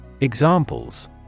Examples